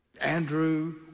Andrew